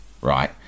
right